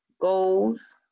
goals